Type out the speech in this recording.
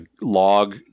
log